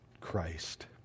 Christ